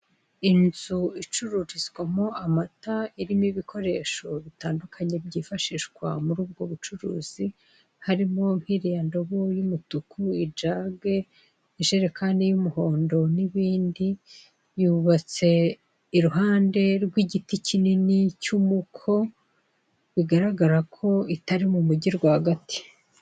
Inzu icururizwamo amata irimo ibikoresho bitandukanye byifashishwa muri ubwo bucuruzi, harimo nk'iriya ndobo y'umutuku, ijage, ijerekani y'umuhondo n'ibindi, yubatse iruhande rw'igiti kinini cy'umuko bigaragara ko itari mu mujyi rwagati.